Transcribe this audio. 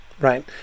right